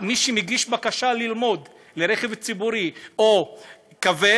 מי שמגיש בקשה ללמוד על רכב ציבורי או כבד,